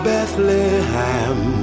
Bethlehem